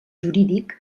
jurídic